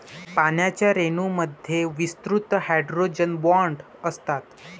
पाण्याच्या रेणूंमध्ये विस्तृत हायड्रोजन बॉण्ड असतात